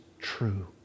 true